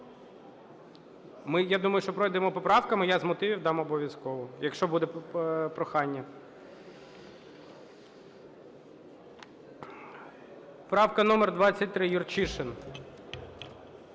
Я думаю, що ми пройдемо по поправках, і я з мотивів дам обов'язково, якщо буде прохання. Правка номер 23, Юрчишин.